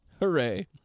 Hooray